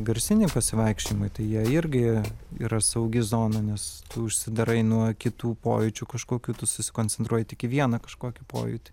garsiniai pasivaikščiojimai tai jie irgi yra saugi zona nes užsidarai nuo kitų pojūčių kažkokių tu susikoncentruoji tik į vieną kažkokį pojūtį